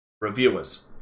reviewers